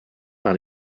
par